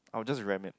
I'll just ram it